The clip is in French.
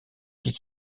qui